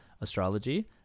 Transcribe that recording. astrology